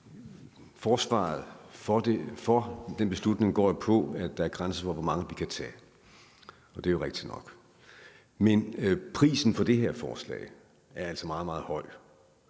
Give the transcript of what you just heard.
forsvaret for den beslutning jo går på, at der er grænser for, hvor mange vi kan tage. Og det er jo rigtig nok. Men prisen for det her forslag er altså meget, meget høj